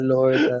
Lord